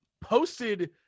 posted